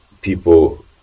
people